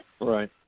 right